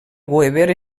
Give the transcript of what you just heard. weber